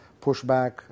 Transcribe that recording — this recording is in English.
pushback